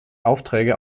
aufträge